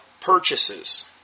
purchases